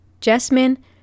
Jasmine